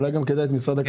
בבקשה.